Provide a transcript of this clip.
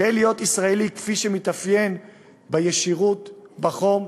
גאה להיות ישראלי כפי שמתאפיין בישירות, בחום,